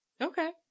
okay